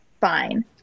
Fine